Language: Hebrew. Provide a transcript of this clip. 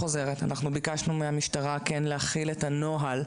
אני חוזרת: אנחנו ביקשנו מהמשטרה כן להכין את הנוהל,